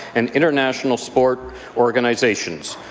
and international sport organizations.